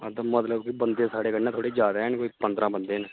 तां मतलब कि बंदे साढ़े कन्नै थोह्ड़े कोई जादा न कोई पंदरां बंदे न